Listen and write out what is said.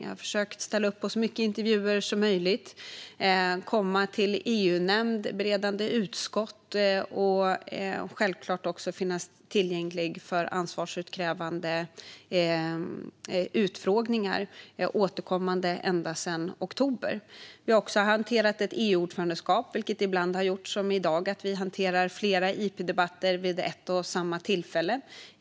Jag har försökt ställa upp på så många intervjuer som möjligt, komma till EU-nämnd och beredande utskott och självklart också finnas tillgänglig för ansvarsutkrävande utfrågningar, återkommande ända sedan oktober. Vi har också hanterat ett EU-ordförandeskap, vilket ibland har gjort, som i dag, att vi hanterar flera interpellationsdebatter vid ett och samma tillfälle.